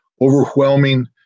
overwhelming